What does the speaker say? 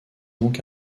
donc